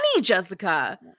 jessica